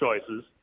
choices